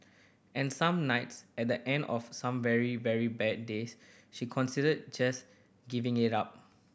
and some nights at the end of some very very bad days she consider just giving it up